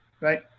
right